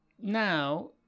now